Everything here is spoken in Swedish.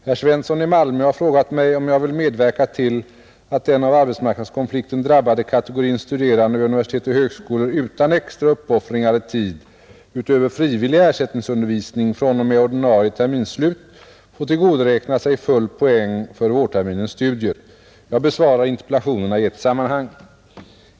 Herr Svensson i Malmö har frågat mig om jag vill medverka till att den av arbetsmarknadskonflikten drabbade kategorin studerande vid universitet och högskolor utan extra uppoffringar i tid fr.o.m. ordinarie terminsslut får tillgodoräkna sig full poäng för vårterminens studier, Jag besvarar interpellationerna i ett sammanhang.